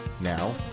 Now